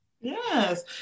yes